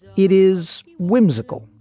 it is whimsical,